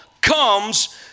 comes